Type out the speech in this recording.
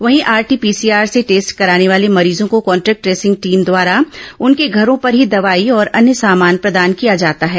वहीं RT PCR से test कराने वाले मरीजों को कॉन्ट्रेक्ट ट्रेसिंग टीम द्वारा उनके घरों पर ही दवाई और अन्य सामान प्रदान किया जाता है